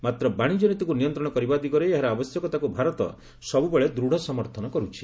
ମାତ୍ର ବାଶିଜ୍ୟନୀତିକୁ ନିୟନ୍ତ୍ରଣ କରିବା ଦିଗରେ ଏହାର ଆବଶ୍ୟକତାକୁ ଭାରତ ସବୁବେଳେ ଦୃଢ଼ ସମର୍ଥନ କରୁଛି